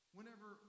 Whenever